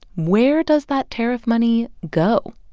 where does that tariff money go?